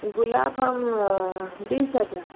गुलाब हम बीस हजार